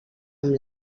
amb